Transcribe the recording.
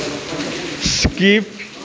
skip